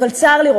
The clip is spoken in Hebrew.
אבל צר לי,